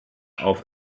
auf